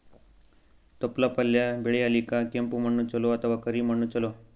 ತೊಪ್ಲಪಲ್ಯ ಬೆಳೆಯಲಿಕ ಕೆಂಪು ಮಣ್ಣು ಚಲೋ ಅಥವ ಕರಿ ಮಣ್ಣು ಚಲೋ?